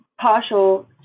partial